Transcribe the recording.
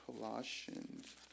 Colossians